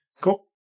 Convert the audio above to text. Cool